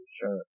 sure